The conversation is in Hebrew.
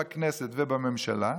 בכנסת ובממשלה?